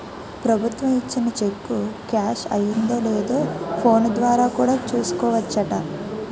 ప్రభుత్వం ఇచ్చిన cheque cash అయిందో లేదో ఫోన్ ద్వారా కూడా చూసుకోవచ్చట